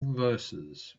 verses